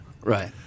right